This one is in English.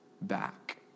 back